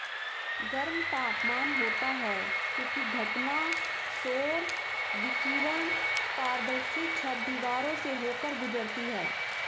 गर्म तापमान होता है क्योंकि घटना सौर विकिरण पारदर्शी छत, दीवारों से होकर गुजरती है